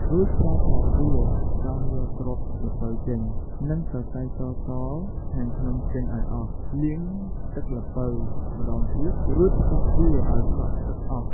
រួច ប្រើស្លាបព្រាកោសយកគ្រាប់ល្ពៅចេញ និងសរសៃសៗខាងក្នុងចេញឲ្យអស់ លាងទឹកល្ពៅម្តងទៀត រួចផ្កាប់វាឲ្យស្រក់ទឹកអស់។